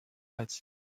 als